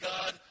God